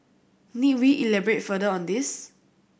need we elaborate further on this